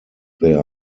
there